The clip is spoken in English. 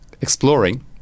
exploring